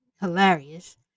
hilarious